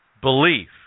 belief